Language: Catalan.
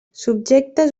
subjectes